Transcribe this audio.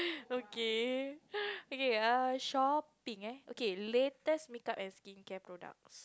okay okay shopping err okay latest makeup as skin care products